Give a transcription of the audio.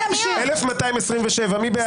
מי נגד?